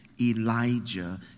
Elijah